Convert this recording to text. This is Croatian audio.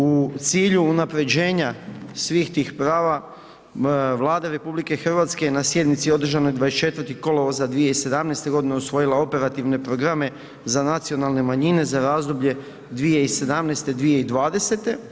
U cilju unapređenja svih tih prava, Vlada RH je na sjednici održanoj 24. kolovoza 2017. godine usvojila Operativne programe za nacionalne manjine za razdoblje 2017. – 2020.